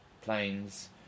planes